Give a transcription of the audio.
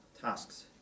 tasks